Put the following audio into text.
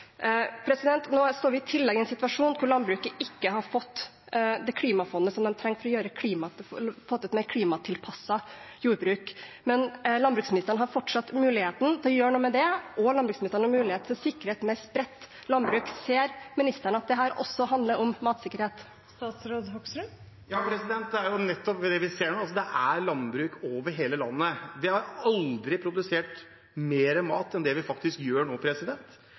Nå står vi i tillegg i en situasjon der landbruket ikke har fått det klimafondet de trenger for å få til et mer klimatilpasset jordbruk. Men landbruksministeren har fortsatt muligheten til å gjøre noe med det, og landbruksministeren har mulighet til å sikre et mer spredt landbruk. Ser ministeren at dette også handler om matsikkerhet? Det er nettopp det vi ser nå – det er landbruk over hele landet. Vi har aldri produsert mer mat enn det vi gjør nå.